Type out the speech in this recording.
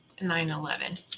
9-11